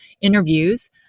interviews